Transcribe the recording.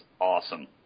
awesome